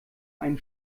einen